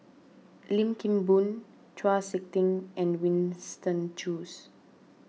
Lim Kim Boon Chau Sik Ting and Winston Choos